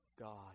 God